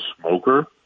smoker